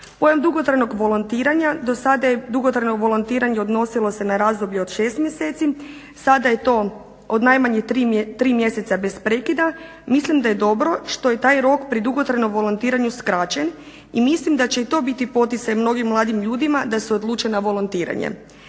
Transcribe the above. Pojam dugotrajnog volontiranja do sada je dugotrajno volontiranje odnosilo se na razdoblje od 6 mjeseci sada je to od najmanje tri mjeseca bez prekida mislim da je dobro što je taj rok pri dugotrajnom volontiranju skraćen i mislim da će i to biti poticaj mnogim mladim ljudima da se odluče na volontiranje.